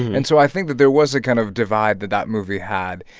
and so i think that there was a kind of divide that that movie had.